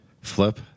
Flip